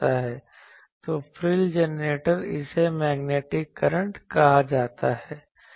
तो फ्रिल जनरेटर इसे मैग्नेटिक करंट कहा जाता है